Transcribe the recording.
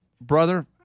brother